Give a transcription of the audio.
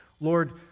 Lord